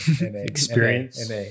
experience